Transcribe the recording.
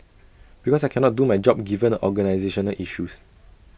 because I cannot do my job given the organisational issues